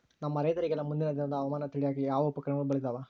ನಮ್ಮ ರೈತರಿಗೆಲ್ಲಾ ಮುಂದಿನ ದಿನದ ಹವಾಮಾನ ತಿಳಿಯಾಕ ಯಾವ ಉಪಕರಣಗಳು ಇದಾವ?